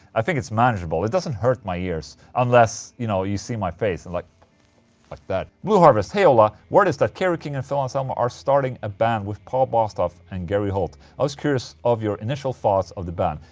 i think it's manageable, it doesn't hurt my ears unless you know, you see my face and like. like that. blueharvest hey ola. word is that kerry king and phil anselmo are starting a band with paul bostaph and gary holt. i was curious of your initial thoughts of the band.